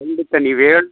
ಖಂಡಿತ ನೀವು ಹೇಳ್